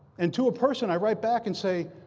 and to a person, i write back and say,